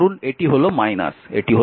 ধরুন এটি হল এটি হল